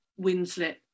Winslet